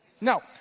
No